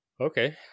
Okay